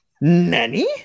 Nanny